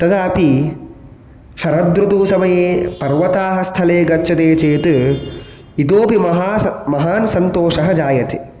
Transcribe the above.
तदापि शरदृतु समये पर्वताः स्थले गच्छते चेत् इतोऽपि महा महान् सन्तोषः जायते